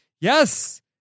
Yes